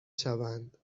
شوند